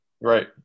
Right